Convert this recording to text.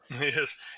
Yes